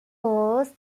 was